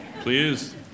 please